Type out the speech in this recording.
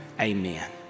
Amen